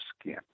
skin